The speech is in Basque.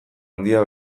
handia